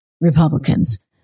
Republicans